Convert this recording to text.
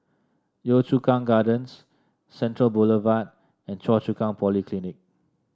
Yio Chu Kang Gardens Central Boulevard and Choa Chu Kang Polyclinic